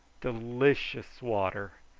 delicious water,